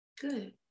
Good